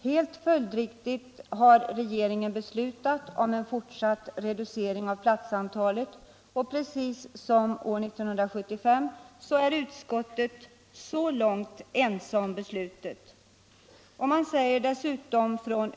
Helt följdriktigt har regeringen beslutat om en fortsatt reducering av platsantalet, och precis som år 1975 är utskottet så långt ense med regeringen.